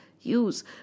use